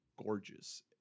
Gorgeous